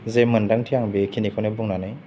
जे मोन्दांथि आं बे खिनिखौनो बुंनानै